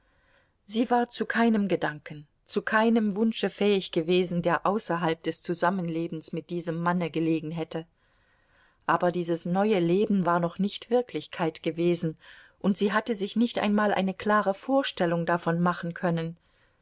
sie war zu keinem gedanken zu keinem wunsche fähig gewesen der außerhalb des zusammenlebens mit diesem manne gelegen hätte aber dieses neue leben war noch nicht wirklichkeit gewesen und sie hatte sich nicht einmal eine klare vorstellung davon machen können